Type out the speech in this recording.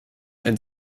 ein